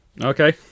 okay